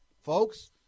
folks